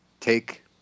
take